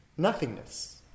Nothingness